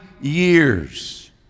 years